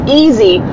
easy